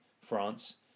France